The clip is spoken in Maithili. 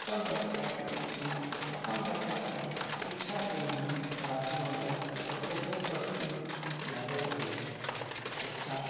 अपन व्यवसायक रूपमे अपन बच्चाकेँ शिक्षा के ही रखलहुँ यए ओकरो प्रति लागल रहैत छी शिक्षा